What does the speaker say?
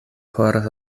por